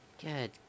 Good